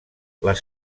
les